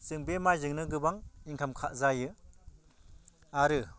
जों बे माइजोंनो गोबां इनकाम जायो आरो